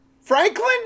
Franklin